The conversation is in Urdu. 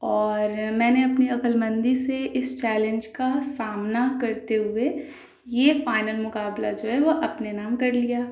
اور میں نے اپنی عقل مندی سے اس چیلنج کا سامنا کرتے ہوئے یہ فائنل مقابلہ جو ہے وہ اپنے نام کر لیا